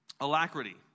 alacrity